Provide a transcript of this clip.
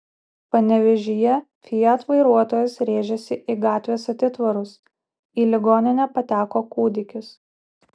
panevėžyje fiat vairuotojas rėžėsi į gatvės atitvarus į ligoninę pateko kūdikis